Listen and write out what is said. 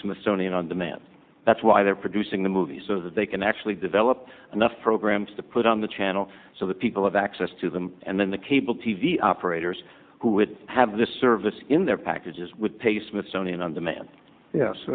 smithsonian on demand that's why they're producing the movie so that they can actually develop enough programs to put on the channel so the people have access to them and then the cable t v operators who would have the service in their packages with pay smithsonian on demand yes